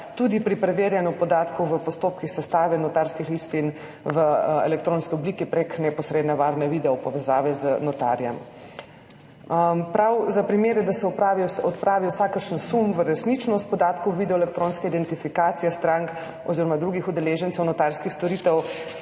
tudi pri preverjanju podatkov v postopkih sestave notarskih listin v elektronski obliki prek neposredne varne video povezave z notarjem prav za primere, da se odpravi vsakršen sum v resničnost podatkov video elektronske identifikacije strank oziroma drugih udeležencev notarskih storitev,